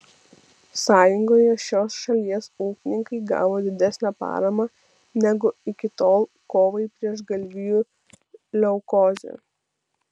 sąjungoje šios šalies ūkininkai gavo didesnę paramą negu iki tol kovai prieš galvijų leukozę